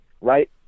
right